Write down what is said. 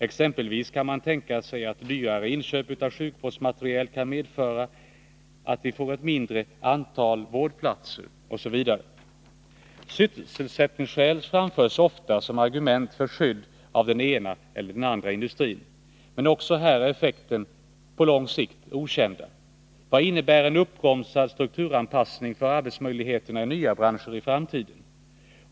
Exempelvis kan man tänka sig att dyrare inköp av sjukvårdsmateriel kan medföra att vi får ett mindre antal vårdplatser osv. Sysselsättningsskäl framförs ofta som argument för skydd av den ena eller den andra industrin. Men också här är effekterna på lång sikt okända. Vad innebär en uppbromsad strukturanpassning för arbetsmöjligheterna i nya branscher i framtiden?